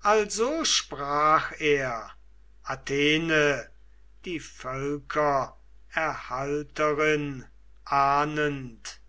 also sprach er athene die völkererhalterin ahndend